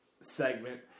segment